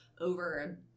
over